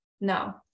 no